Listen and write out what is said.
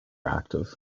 active